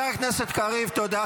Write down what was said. הכנסת קריב, תודה.